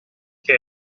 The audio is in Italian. che